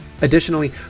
Additionally